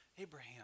Abraham